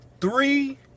three